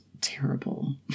terrible